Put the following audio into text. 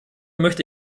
möchte